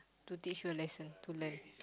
to teach you a lesson to learn